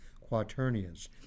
quaternions